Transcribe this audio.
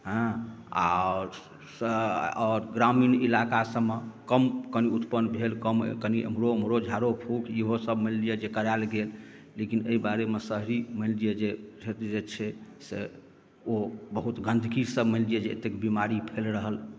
हँ आओर स आओर ग्रामीण इलाका सभमे कम कनि उत्पन्न भेल कम कनि एम्हरो ओम्हरो झाड़ो फूख इहोसभ मानि लिअ जे करायल गेल लेकिन एहि बारेमे शहरी मानि लिअ जे क्षेत्र जे छै से ओ बहुत गंदगीसभ मानि लिअ जे एतेक बीमारी फैल रहल